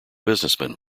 businessman